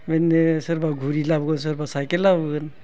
बिदिनो सोरबा घरि लाबोगोन सोरबा साइकेल लाबोगोन